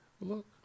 Look